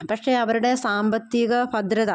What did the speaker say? പക്ഷേ അവരുടെ സാമ്പത്തിക ഭദ്രത